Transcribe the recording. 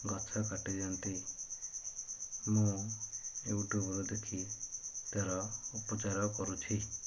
ଗଛ କାଟିଦିଅନ୍ତି ମୁଁ ୟୁଟ୍ୟୁବ୍ରୁ ଦେଖି ତା'ର ଉପଚାର କରୁଛି